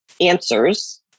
answers